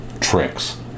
tricks